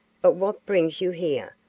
but what brings you here?